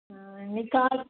இன்றைக்கி காலை